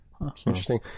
interesting